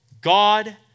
God